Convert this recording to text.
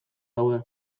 daude